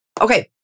Okay